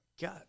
God